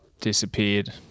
disappeared